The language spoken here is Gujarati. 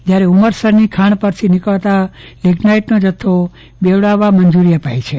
જયારે ઉમરસરની ખાણ પરથી નીકળતો લિગ્નાઈટનો જથ્થો બેવડાવવા મંજૂરી અપાઈ છે